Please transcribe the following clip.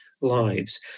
lives